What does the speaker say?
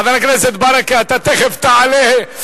חבר הכנסת ברכה, אתה תיכף תעלה.